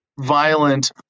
violent